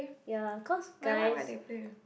ya cause guys